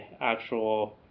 actual